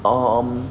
um